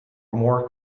more